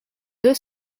deux